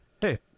hey